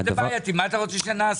מה אתה רוצה שנעשה?